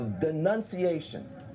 denunciation